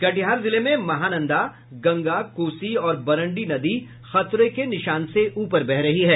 कटिहार जिले में महानंदा गंगा कोसी और बरंडी नदी खतरे के निशान से ऊपर बह रही है